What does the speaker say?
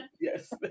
Yes